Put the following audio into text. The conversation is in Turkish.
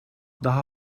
daha